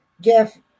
Jeff